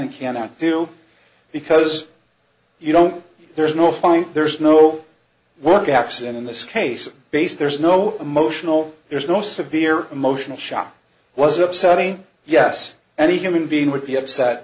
and cannot do because you don't there's no fine there's no work gaps in this case base there's no emotional there's no severe emotional shock was upsetting yes and a human being would be upset